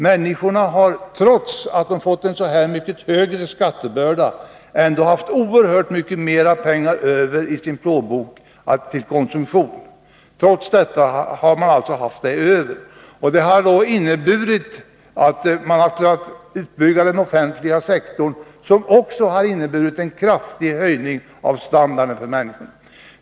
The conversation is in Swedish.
Människorna har, trots att de fått en mycket högre skattebörda, ändå haft mera pengar över i sin plånbok till konsumtion. Det harinneburit att man har kunnat bygga ut den offentliga sektorn, vilket också har medfört en kraftig höjning av standarden för människorna.